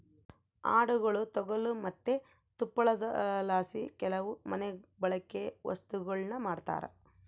ಆಡುಗುಳ ತೊಗಲು ಮತ್ತೆ ತುಪ್ಪಳದಲಾಸಿ ಕೆಲವು ಮನೆಬಳ್ಕೆ ವಸ್ತುಗುಳ್ನ ಮಾಡ್ತರ